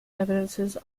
evidences